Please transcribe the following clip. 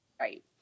Right